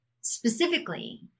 specifically